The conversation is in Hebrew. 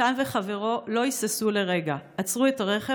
מתן וחברו לא היססו לרגע ועצרו את הרכב